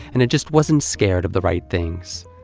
and it just wasn't scared of the right things.